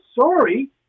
sorry